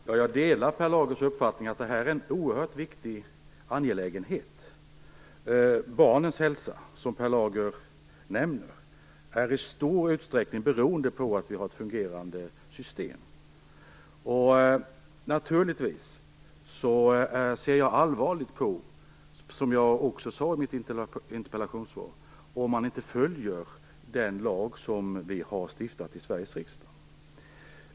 Herr talman! Jag delar Per Lagers uppfattning, att detta är en oerhört viktig angelägenhet. Barnens hälsa är, som Per Lager säger, i stor utsträckning beroende av att det finns ett fungerande system. Naturligtvis ser jag det som allvarligt - vilket jag också sade i mitt interpellationssvar - om man inte följer den lag som har stiftas av Sveriges riksdag.